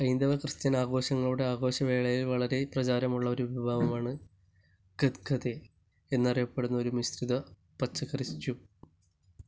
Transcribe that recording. ഹൈന്ദവ ക്രിസ്ത്യൻ ആഘോഷങ്ങളുടെ ആഘോഷ വേളയിൽ വളരെ പ്രചാരമുള്ള ഒരു വിഭവമാണ് ഖത്ഖതെ എന്നറിയപ്പെടുന്ന ഒരു മിശ്രിത പച്ചക്കറി സ്റ്റൂ